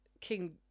King